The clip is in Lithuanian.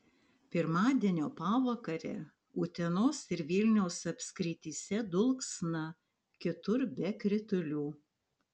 pirmadienio pavakarę utenos ir vilniaus apskrityse dulksna kitur be kritulių